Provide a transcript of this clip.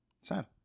Sad